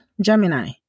Gemini